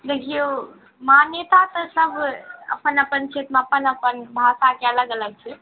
देखिऔ मान्यता तऽ सब अपन अपन क्षेत्रमे अपन अपन भाषाके अलग अलग छै